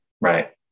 right